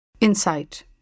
Insight